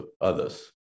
others